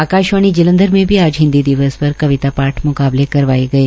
आकाशवाणी जांलधर में भी आज हिन्दी दिवस पर कविता पाठ मुकाबले करवाए गए